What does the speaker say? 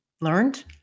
learned